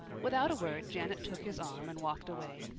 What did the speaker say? without a word janet took his arm and walked away.